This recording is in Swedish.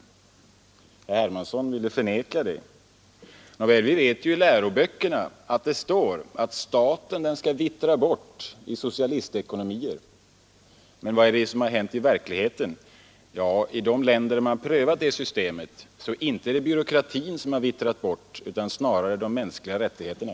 Herr Hermansson förnekade det. Nåväl, vi vet ju att det i läroböckerna heter att staten skall vittra bort i socialistekonomin. Men vad är det som har hänt i verkligheten? Inte är det byråkratin som har vittrat bort i de länder där man prövat detta system, utan snarare de mänskliga rättigheterna.